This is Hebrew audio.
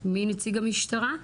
מי נציג המשטרה?